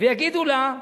ויגידו לה,